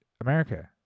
America